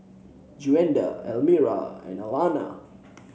Gwenda Elmira and Alanna